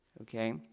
Okay